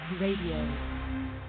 radio